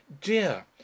Dear